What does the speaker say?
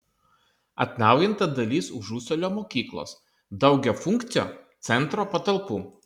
atnaujinta dalis užusalių mokyklos daugiafunkcio centro patalpų